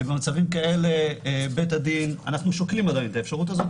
במצבים כאלה בית הדין אנחנו שוקלים את האפשרות הזאת,